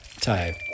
type